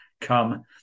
come